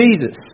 Jesus